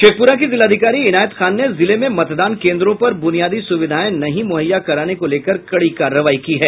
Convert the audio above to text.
शेखपुरा की जिलाधिकारी इनायत खान ने जिले में मतदान केन्द्रों पर बुनियादी सुविधाओं नहीं मुहैया कराने को लेकर कड़ी कार्रवाई की है